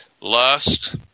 lust